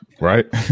right